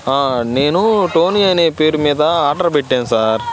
నేను టోనీ అనే పేరు మీద ఆర్డర్ పెట్టాను సార్